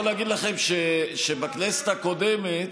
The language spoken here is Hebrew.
יש שר רציני, אני יכול להגיד לכם שבכנסת הקודמת,